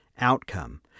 outcome